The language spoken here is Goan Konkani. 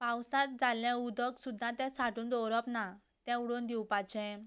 पावसांत जाल्लें उदक सुद्दां तें सांठोवन दवरप ना तें उडोवन दिवपाचें